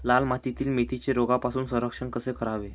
लाल मातीतील मेथीचे रोगापासून संरक्षण कसे करावे?